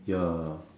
ya